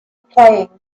playing